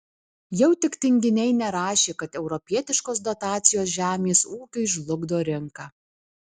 jau tik tinginiai nerašė kad europietiškos dotacijos žemės ūkiui žlugdo rinką